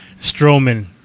Strowman